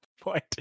point